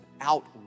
out